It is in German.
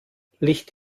licht